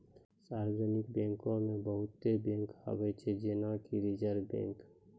सार्वजानिक बैंको मे बहुते बैंक आबै छै जेना कि रिजर्व बैंक